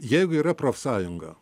jeigu yra profsąjunga